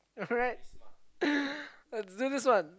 alright let's do this one